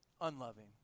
unloving